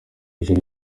ijoro